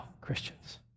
Christians